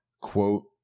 quote